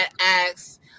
asked